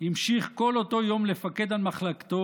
המשיך כל אותו יום לפקד על מחלקתו